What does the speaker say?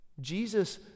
Jesus